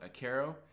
Acaro